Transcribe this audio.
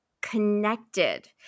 connected